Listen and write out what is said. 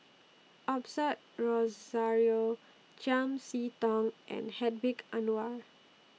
Osbert Rozario Chiam See Tong and Hedwig Anuar